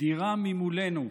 דירה ממולנו,